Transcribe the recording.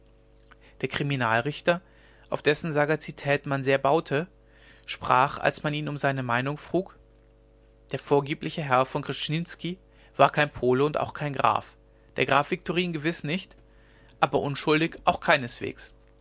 der kriminalrichter auf dessen sagazität man sehr baute sprach als man ihn um seine meinung frug der vorgebliche herr von krczynski war kein pole und auch kein graf der graf viktorin gewiß nicht aber unschuldig auch keinesweges